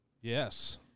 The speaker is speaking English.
Yes